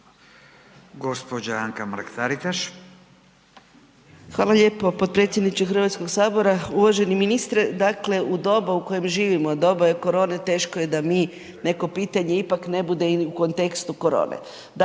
gospođa Anka Mrak Taritaš.